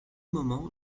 moment